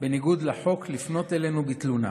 בניגוד לחוק לפנות אלינו בתלונה.